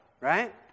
Right